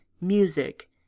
music